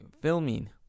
filming